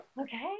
okay